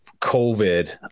COVID